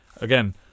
again